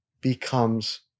becomes